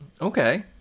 Okay